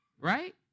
Right